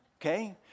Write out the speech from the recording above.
Okay